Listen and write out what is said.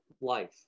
life